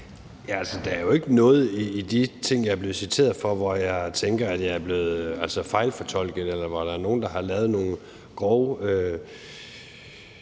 der er jo ikke noget i de ting, jeg er blevet citeret for, hvor jeg tænker, at jeg er blevet fejlfortolket, eller hvor der er nogen, der har lavet nogle grove